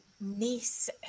niece